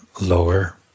lower